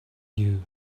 you